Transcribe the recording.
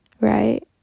right